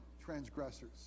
transgressors